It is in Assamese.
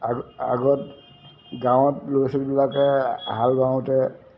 আৰু আগত গাঁৱত ল'ৰা ছোৱালীবিলাকে হাল বাওঁতে